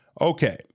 Okay